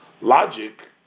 logic